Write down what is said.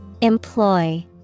Employ